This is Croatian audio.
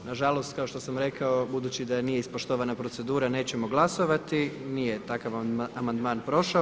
Nažalost kao što sam rekao, budući da nije ispoštovana procedura nećemo glasovati, nije takav amandman prošao.